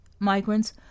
Migrants